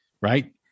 right